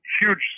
Huge